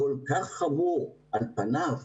כל כך חמור על פניו,